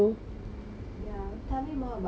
ya tell me more about the band